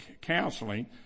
counseling